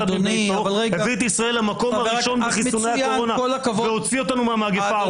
הביא את ישראל למקום הראשון בחיסוני הקורונה והוציא אותנו מהמגפה.